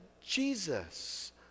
Jesus